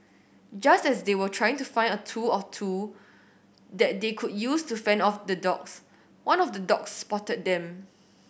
just as they were trying to find a tool or two that they could use to fend off the dogs one of the dogs spotted them